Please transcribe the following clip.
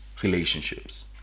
relationships